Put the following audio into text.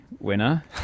winner